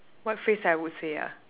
what phrase I would say ah